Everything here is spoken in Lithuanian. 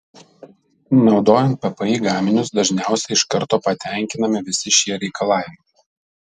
naudojant ppi gaminius dažniausiai iš karto patenkinami visi šie reikalavimai